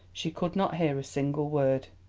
she could not hear a single word.